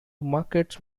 markets